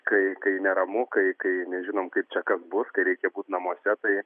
kai kai neramu kai kai nežinom kaip čia kas bus kai reikia būt namuose tai